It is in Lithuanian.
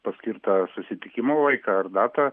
paskirtą susitikimo laiką ar datą